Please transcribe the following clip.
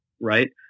right